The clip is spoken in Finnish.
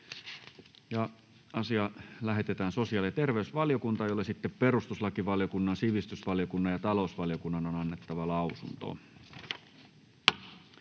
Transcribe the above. asia lähetetään sosiaali‑ ja terveysvaliokuntaan, jolle perustuslakivaliokunnan, sivistysvaliokunnan ja talousvaliokunnan on annettava lausunto.